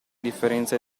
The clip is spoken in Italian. differenza